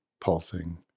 pulsing